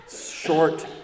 short